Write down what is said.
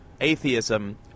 atheism